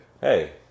hey